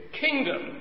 kingdom